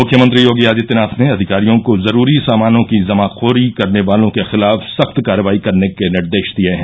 मुख्यमंत्री योगी आदित्यनाथ ने अधिकारियों को जरूरी सामानों की जमाखोरी करने वालों के खिलाफ सख्त कार्रवाई करने के निर्देश दिये हैं